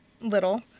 little